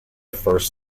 first